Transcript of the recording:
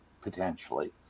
potentially